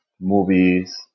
movies